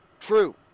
true